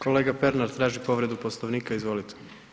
Kolega Pernar traži povredu Poslovnika, izvolite.